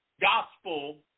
gospel